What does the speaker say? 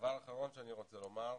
דבר אחרון שאני רוצה לומר.